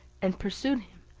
and pursued him,